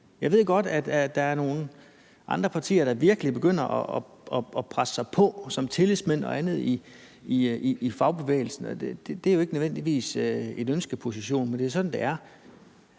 Jeg ved godt, at der her er nogle andre partier, der virkelig begynder at presse sig på, og tillidsmænd og andre i fagbevægelsen. Det er jo ikke nødvendigvis en ønskeposition, men det er sådan, det er.